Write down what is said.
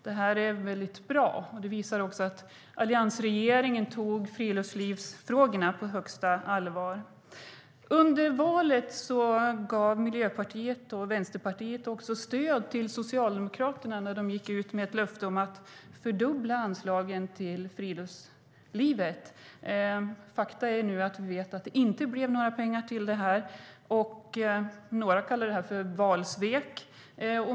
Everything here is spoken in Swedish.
Det är väldigt bra. Det visar att alliansregeringen tog friluftslivsfrågorna på största allvar. Under valrörelsen gav Miljöpartiet och Vänsterpartiet stöd till Socialdemokraterna när de gick ut med ett löfte om att fördubbla anslagen till friluftslivet. Faktum är nu att vi vet att det inte blev några pengar till det. Några kallar det för valsvek.